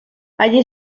allí